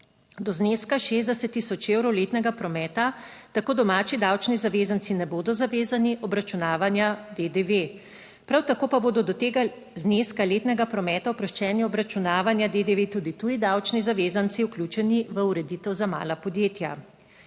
Do zneska 60 tisoč evrov letnega prometa tako domači davčni zavezanci ne bodo zavezani obračunavanja DDV, prav tako pa bodo do tega zneska letnega prometa oproščeni obračunavanja DDV tudi tuji davčni zavezanci vključeni v ureditev za mala podjetja.